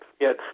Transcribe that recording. Yes